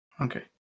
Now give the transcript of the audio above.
Okay